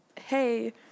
hey